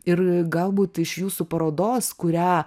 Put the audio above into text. ir galbūt iš jūsų parodos kurią